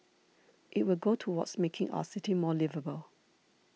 it will go towards making our city more liveable